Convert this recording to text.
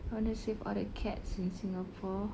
I want to save all the cats in singapore